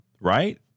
Right